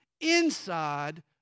inside